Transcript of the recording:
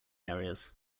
areas